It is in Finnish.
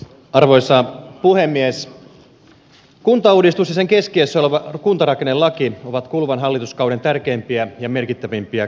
kuntauudistus ja sen keskiössä oleva kuntarakennelaki ovat kuluvan hallituskauden tärkeimpiä ja merkittävimpiä kokonaisuuksia